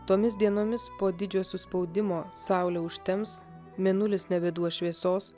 tomis dienomis po didžiojo suspaudimo saulė užtems mėnulis nebeduos šviesos